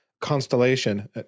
constellation